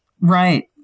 Right